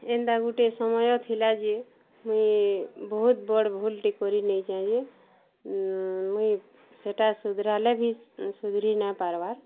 ଏନ୍ତା ଗୁଟେ ସମୟ ଥିଲା ଯେ ମୁଇଁ ବହୁତ୍ ବଡ଼୍ ଭୁଲ୍ଟେ କରିନେଇଚେ ଆଜି ମୁଇଁ ସେଇଟା ସୁଧ୍ରାଲେ ବି ସୁଧ୍ରି ନାଇପାର୍ବା